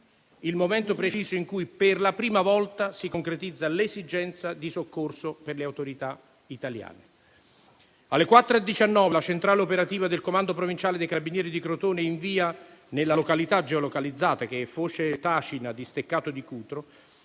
il momento preciso in cui per la prima volta si concretizza l'esigenza di soccorso per le autorità italiane. Alle ore 4,19 la centrale operativa del comando provinciale dei Carabinieri di Crotone invia nella località geolocalizzata, Foce Tacina di Steccato di Cutro,